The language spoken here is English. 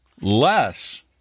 less